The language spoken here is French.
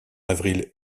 avril